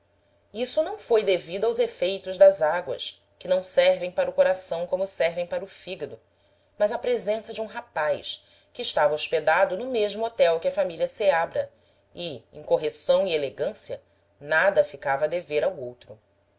isso não foi devido aos efeitos das águas que não servem para o coração como servem para o fígado mas à presença de um rapaz que estava hospedado no mesmo hotel que a família seabra e em correção e elegância nada ficava a dever ao outro